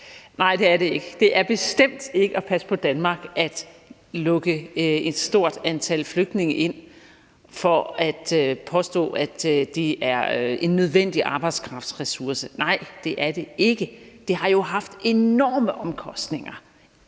Nej, det er det ikke. Det er bestemt ikke at passe på Danmark at lukke et stort antal flygtninge ind og påstå, at det er en nødvendig arbejdskraftressource. Nej, det er det ikke. Det har jo haft enorme omkostninger,